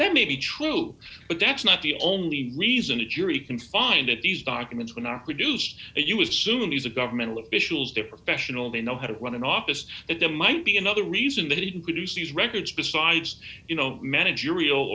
that may be true but that's not the only reason a jury can find it these documents when are produced and you assume he's a governmental officials their professional they know how to run an office and there might be another reason they didn't produce these records besides you know managerial